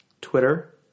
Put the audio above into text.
Twitter